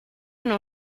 não